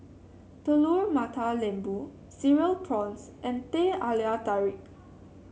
Telur Mata Lembu Cereal Prawns and Teh Halia Tarik